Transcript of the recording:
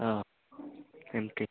ହଁ କେମିତି